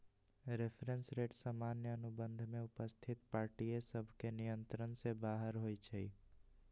reference rate सामान्य अनुबंध में उपस्थित पार्टिय सभके नियंत्रण से बाहर होइ छइ